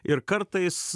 ir kartais